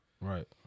Right